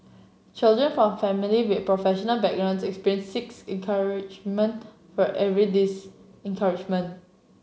children from family with professional backgrounds experienced six encouragement for every discouragement